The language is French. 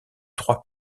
trois